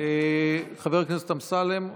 חבר הכנסת אמסלם,